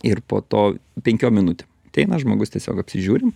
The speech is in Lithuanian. ir po to penkiom minutėm ateina žmogus tiesiog apsižiūrim